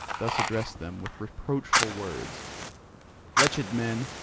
thus addressed them with reproachful words wretched men,